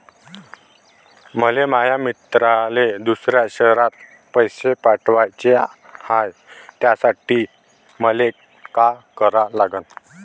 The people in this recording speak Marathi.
मले माया मित्राले दुसऱ्या शयरात पैसे पाठवाचे हाय, त्यासाठी मले का करा लागन?